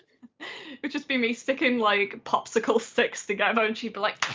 it just been me sticking like popsicle sticks together and she'd be like